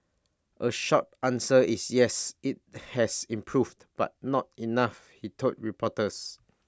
A short answer is yes IT has improved but not enough he told reporters